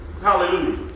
Hallelujah